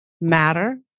matter